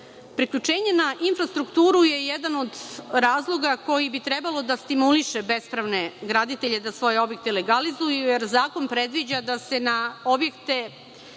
sankcije. Priključenje na infrastrukturu je jedan od razloga koji bi trebalo da stimuliše bespravne graditelje da svoje objekte legalizuju, jer zakon predviđa da se na komunalnu